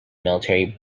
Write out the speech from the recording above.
military